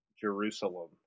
Jerusalem